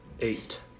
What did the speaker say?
eight